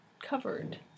covered